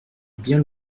bien